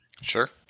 Sure